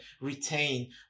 retain